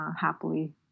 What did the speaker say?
happily